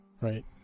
right